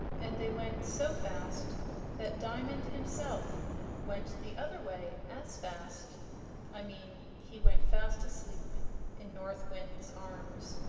and they went so fast that diamond himself went the other way as fast i mean he went fast asleep in north wind's arms.